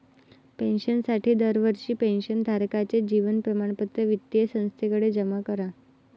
पेन्शनसाठी दरवर्षी पेन्शन धारकाचे जीवन प्रमाणपत्र वित्तीय संस्थेकडे जमा करा